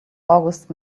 august